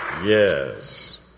Yes